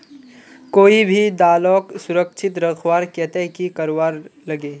कोई भी दालोक सुरक्षित रखवार केते की करवार लगे?